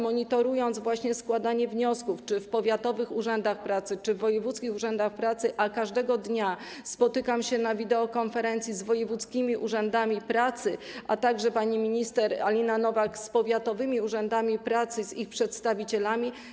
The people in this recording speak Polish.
Monitoruję składanie wniosków, czy w powiatowych urzędach pracy, czy w wojewódzkich urzędach pracy, i każdego dnia spotykam się na wideokonferencji z wojewódzkimi urzędami pracy, a także pani minister Alina Nowak - z powiatowymi urzędami pracy, z ich przedstawicielami.